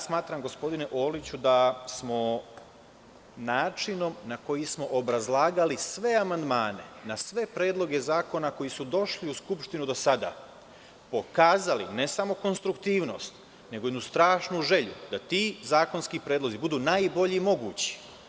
Smatram, gospodine Orliću, da smo načinom na koji smo obrazlagali sve amandmane na sve predloge zakona koji su došli u Skupštinu do sada pokazali ne samo konstruktivnost, nego jednu strašnu želju da svi zakonski predlozi budu najbolje mogući.